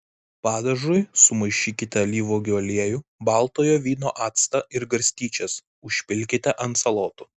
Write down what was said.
padažui sumaišykite alyvuogių aliejų baltojo vyno actą ir garstyčias užpilkite ant salotų